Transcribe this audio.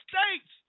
States